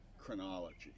chronology